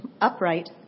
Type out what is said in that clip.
upright